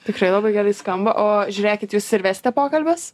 tikrai labai gerai skamba o žiūrėkit jūs ir vesite pokalbius